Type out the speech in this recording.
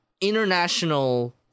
international